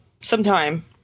sometime